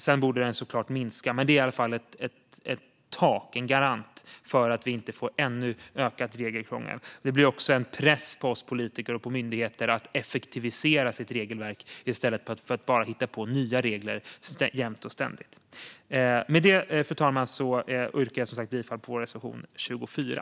Sedan borde den såklart minska, men det är i alla fall en garant för att vi inte får ökat regelkrångel. Det blir också en press på oss politiker och på myndigheter att effektivisera regelverken i stället för att bara hitta på nya regler jämt och ständigt. Med detta, fru talman, yrkar jag som sagt bifall till vår reservation 24.